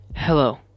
hello